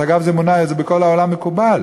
אגב, זה בכל העולם מקובל.